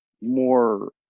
more